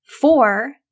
Four